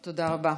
תודה רבה.